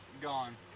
Gone